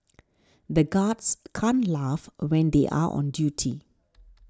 the guards can't laugh when they are on duty